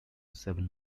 seven